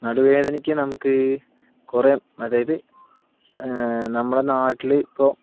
നടുവേദനയ്ക്ക് നമുക്ക് കുറേ അതായത് നമ്മുടെ നാട്ടിലിപ്പോൾ